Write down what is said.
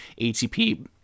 ATP